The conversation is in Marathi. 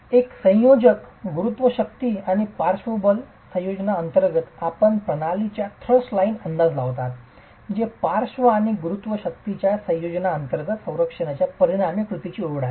एक संयोजन गुरुत्व शक्ती आणि पार्श्व बल संयोजना अंतर्गत आपण प्रणालीच्या थ्रस्ट लाइनचा अंदाज लावत आहात जे पार्श्व आणि गुरुत्व शक्तींच्या संयोजना अंतर्गत संरचनेच्या परिणामीच्या कृतीची ओळ आहे